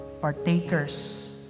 partakers